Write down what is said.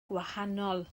gwahanol